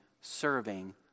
serving